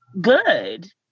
good